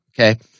okay